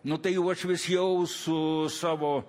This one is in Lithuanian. nu tai uošvis jau su savo